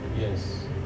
Yes